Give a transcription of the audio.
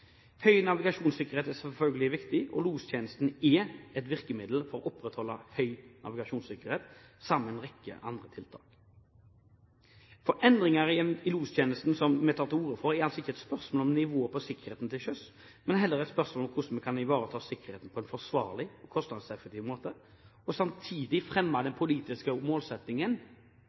Høy navigasjonssikkerhet er selvfølgelig viktig. Lostjenesten er et virkemiddel for å opprettholde høy navigasjonssikkerhet sammen med en rekke andre tiltak. Endringer i lostjenesten, som vi tar til orde for, er altså ikke et spørsmål om nivået på sikkerheten til sjøs, men heller et spørsmål om hvordan vi kan ivareta sikkerheten på en forsvarlig og kostnadseffektiv måte, og samtidig fremme den politiske målsettingen,